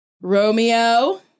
Romeo